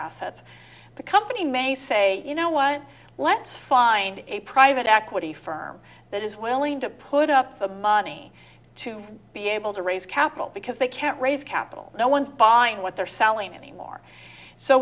assets the company may say you know what let's find a private equity firm that is willing to put up the money to be able to raise capital because they can't raise capital no one's buying what they're selling anymore so